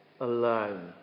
alone